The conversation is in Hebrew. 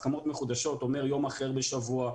הסכמות מחודשות אומר: יום אחר בשבוע,